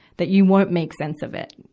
that you won't make sense of it.